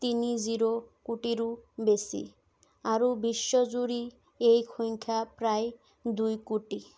তিনি জিৰ' কোটিৰো বেছি আৰু বিশ্বজুৰি এই সংখ্যা প্ৰায় দুই কোটি